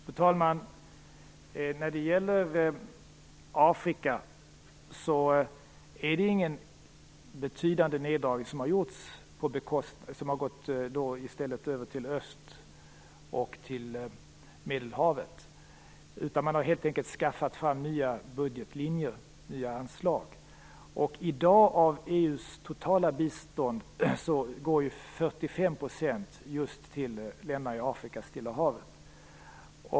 Fru talman! När det gäller Afrika har det inte gjorts någon betydande neddragning av bistånd som i stället gått till öst och Medelhavet. Man har helt enkelt skaffat fram nya budgetlinjer och nya anslag. Av EU:s totala bistånd går i dag 45 % till länderna i Afrika och Stilla havet.